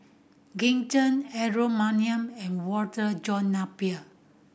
Green Zeng Aaron Maniam and Walter John Napier